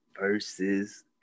versus